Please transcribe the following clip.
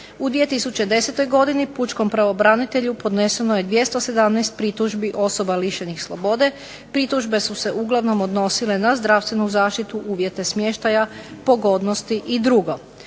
U 2010. godini Pučkom pravobranitelja podneseno je 217 pritužbi osoba lišenih slobode. Pritužbe su se uglavnom odnosile na zdravstvenu zaštitu, uvjete smještaja, pogodnosti i drugo.